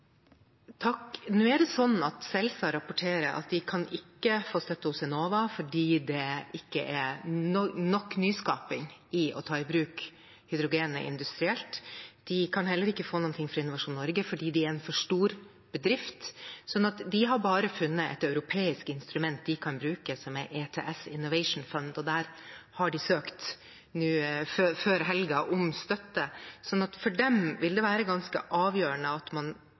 Nå er det sånn at Celsa rapporterer at de ikke kan få støtte fra Enova fordi det ikke er nok nyskaping i å ta i bruk hydrogenet industrielt. De kan heller ikke få noe fra Innovasjon Norge fordi det er en for stor bedrift. Så de har funnet et europeisk instrument de kan bruke, som er ETS Innovation Fund, og der søkte de før helgen om støtte. For dem vil det være ganske avgjørende at man